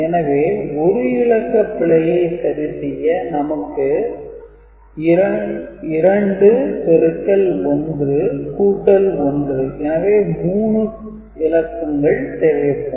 எனவே 1 இலக்க பிழையை சரி செய்ய நமக்கு 2×11 எனவே 3 தேவைப்படும்